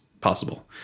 possible